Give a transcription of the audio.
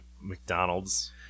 mcdonald's